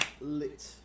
lit